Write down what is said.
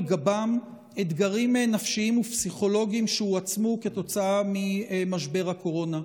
גבם אתגרים נפשיים ופסיכולוגיים שהועצמו כתוצאה ממשבר הקורונה.